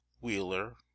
Wheeler